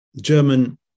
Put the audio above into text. German